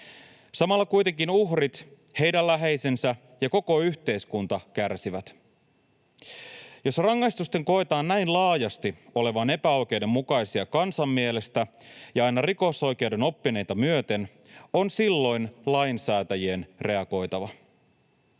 Samalla kuitenkin uhrit, heidän läheisensä ja koko yhteiskunta kärsivät. Jos rangaistusten koetaan näin laajasti olevan epäoikeudenmukaisia, kansan mielestä ja aina rikosoikeuden oppineita myöten, on silloin lainsäätäjien reagoitava.